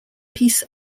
peace